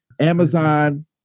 Amazon